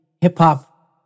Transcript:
hip-hop